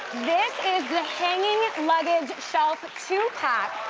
this is the hanging luggage shelf two-pack,